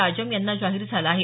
राजम यांना जाहीर झाला आहे